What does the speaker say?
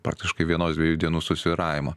praktiškai vienos dviejų dienų susvyravimo